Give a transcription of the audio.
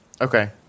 Okay